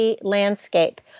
landscape